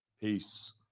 Peace